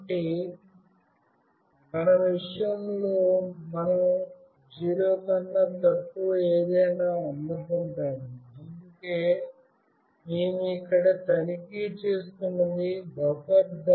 కాబట్టి మన విషయంలో మనం 0 కన్నా ఎక్కువ ఏదైనా అందుకుంటాము అందుకే మేము ఇక్కడ తనిఖీ చేస్తున్నది buffer